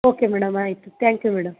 okay madam ಆಯಿತು thank you madam